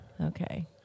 Okay